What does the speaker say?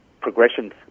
progressions